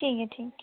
ठीक ऐ ठीक